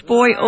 Boy